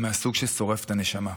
מהסוג ששורף את הנשמה.